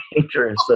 dangerous